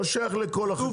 לא שייך לכל החקלאות.